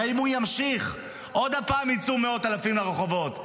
הרי אם הוא ימשיך עוד הפעם יצאו מאות אלפים לרחובות,